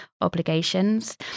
obligations